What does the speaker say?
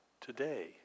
today